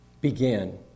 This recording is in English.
began